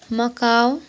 Macau